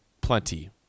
plenty